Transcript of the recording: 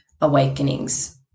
awakenings